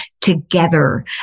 together